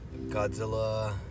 Godzilla